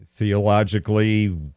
theologically